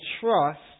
trust